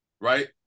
Right